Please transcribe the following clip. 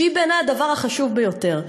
שהיא בעיני הדבר החשוב ביותר.